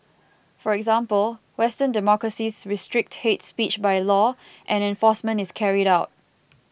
for example Western democracies restrict hate speech by law and enforcement is carried out